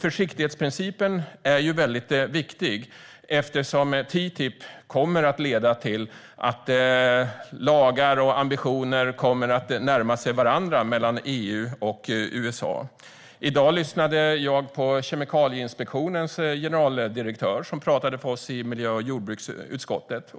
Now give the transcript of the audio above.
Försiktighetsprincipen är mycket viktig eftersom TTIP kommer att leda till att lagar och ambitioner kommer att närma sig varandra mellan EU och USA. I dag lyssnade jag på Kemikalieinspektionens generaldirektör, som talade för oss i miljö och jordbruksutskottet.